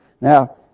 Now